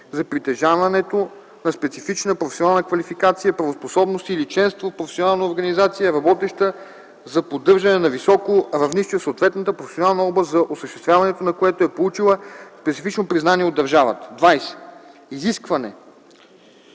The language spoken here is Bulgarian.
за притежаването на специфична професионална квалификация, правоспособност или членство в професионална организация, работеща за поддържане на високо равнище в съответната професионална област, за осъществяването на което е получила специфично признаване от държавата. 20. „Изискване”